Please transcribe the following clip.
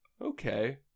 Okay